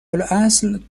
الاصل